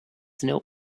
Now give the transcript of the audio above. know